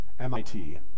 MIT